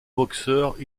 boxeur